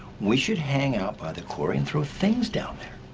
we should hang out by the quarry and throw things down